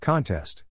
Contest